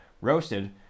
roasted